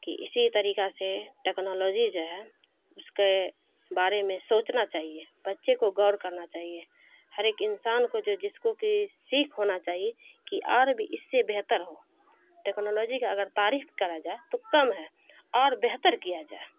کہ اسی طریقہ سے ٹیکنالوجی جو ہے اس کے بارے میں سوچنا چاہیے بچے کو غور کرنا چاہیے ہر ایک انسان کو جو جس کو کہ سیکھ ہونا چاہیے کہ اور بھی اس سے بہتر ہو ٹیکنالوجی کا اگر تعریف کیا جائے تو کم ہے اور بہتر کیا جائے